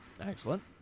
Excellent